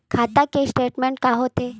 खाता के स्टेटमेंट का होथे?